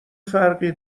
فرقی